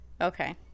okay